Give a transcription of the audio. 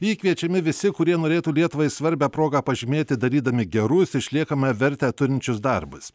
jį kviečiami visi kurie norėtų lietuvai svarbią progą pažymėti darydami gerus išliekamąją vertę turinčius darbus